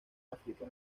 áfrica